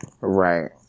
Right